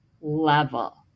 level